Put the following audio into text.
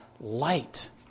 light